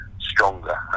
stronger